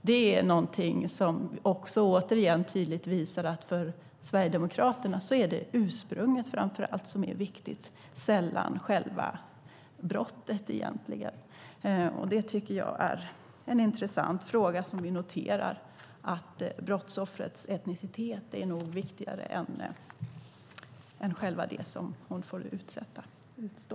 Det är någonting som återigen tydligt visar att för Sverigedemokraterna är det framför allt ursprunget som är viktigt och egentligen sällan själva brottet. Det tycker jag är en intressant fråga som vi noterar: Brottsoffrets etnicitet är nog viktigare än själva det som hon får utstå.